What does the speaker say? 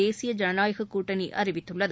தேசிய ஜனநாயக கூட்டணி அறிவித்துள்ளது